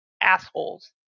assholes